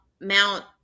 mount